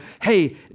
hey